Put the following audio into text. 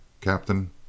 Captain